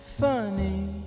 funny